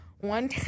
one